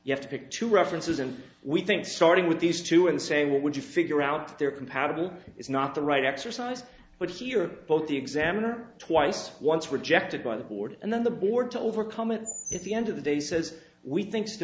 you have to pick two references and we think starting with these two and saying would you figure out they're compatible is not the right exercise but here both the examiner twice once rejected by the board and then the board to overcome and at the end of the day says we think